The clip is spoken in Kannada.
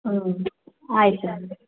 ಹಾಂ ಆಯಿತು